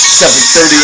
7.30